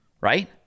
right